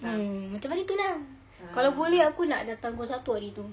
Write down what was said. mmhmm macam mana tu lah kalau boleh aku nak datang pukul satu hari tu